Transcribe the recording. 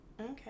Okay